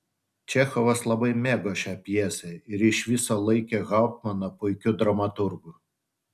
čechovas labai mėgo šią pjesę ir iš viso laikė hauptmaną puikiu dramaturgu